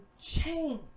change